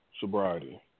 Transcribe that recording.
sobriety